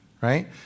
right